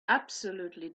absolutely